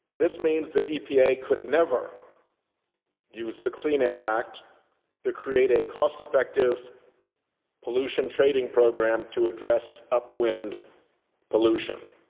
this means that e p a. could never use the clean air act to create a cost-effective pollution trading program to address upwind pollution.